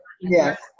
yes